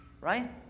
right